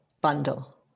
bundle